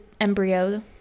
embryo